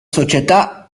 società